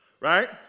right